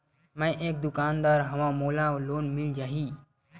मै एक दुकानदार हवय मोला लोन मिल जाही?